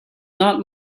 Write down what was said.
not